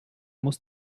muss